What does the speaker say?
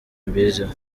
mbiziho